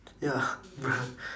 ya but